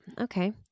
Okay